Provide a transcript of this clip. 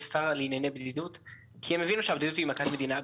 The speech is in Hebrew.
יש שרה לענייני בדידות כי הם הבינו שהבדידות היא מכת מדינה.